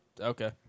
Okay